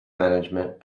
management